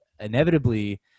inevitably